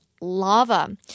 lava